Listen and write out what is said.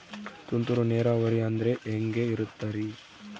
ತುಂತುರು ನೇರಾವರಿ ಅಂದ್ರೆ ಹೆಂಗೆ ಇರುತ್ತರಿ?